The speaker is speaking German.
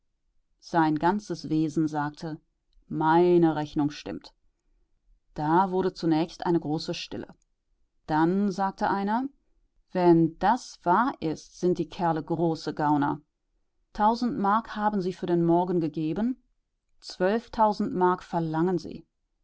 sein ganzes wesen sagte meine rechnung stimmt da wurde zunächst eine große stille dann sagte einer wenn das wahr ist sind die kerle große gauner tausend mark haben sie für den morgen gegeben zwölftausend mark verlangen sie